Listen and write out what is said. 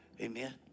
Amen